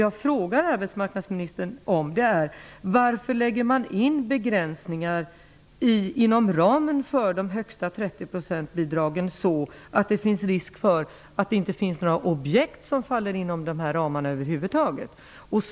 Jag frågar arbetsmarknadsministern: Varför lägger man in begränsningar inom ramen för bidragen på högst 30 % så att det finns risk för att det över huvud taget inte finns några objekt som faller innanför dessa ramar?